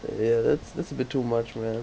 ya that's that's a bit too much man